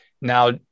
Now